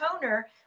toner